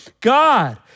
God